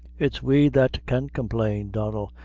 it's we that can complain, donnel,